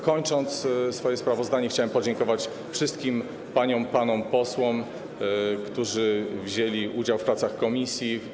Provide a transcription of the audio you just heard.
Kończąc swoje sprawozdanie, chciałem podziękować wszystkim paniom i panom posłom, którzy wzięli udział w pracach komisji.